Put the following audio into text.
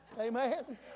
amen